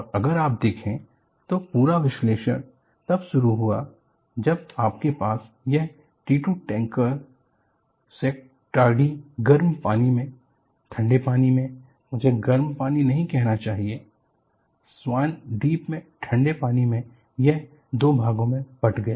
और अगर आप देखें तो पूरा विश्लेषण तब शुरू हुआ जब आपके पास यह T 2 टैंकर शेंक्टाडी गर्म पानी में ठंडे पानी में मुझे गर्म पानी नहीं कहना चाहिए स्वान द्वीप के ठंडे पानी में यह दो भागों में बट गया